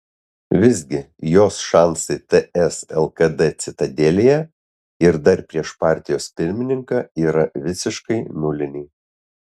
visgi jos šansai ts lkd citadelėje ir dar prieš partijos pirmininką yra visiškai nuliniai